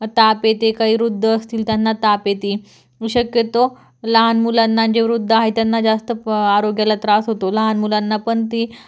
ताप येते काही वृद्ध असतील त्यांना ताप येती शक्यतो लहान मुलांना जे वृद्ध आहे त्यांना जास्त प आरोग्याला त्रास होतो लहान मुलांना पण ती